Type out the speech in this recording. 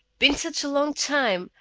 been such a long time,